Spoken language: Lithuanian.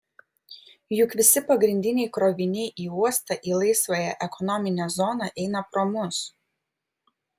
juk visi pagrindiniai kroviniai į uostą į laisvąją ekonominę zoną eina pro mus